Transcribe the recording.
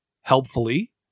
helpfully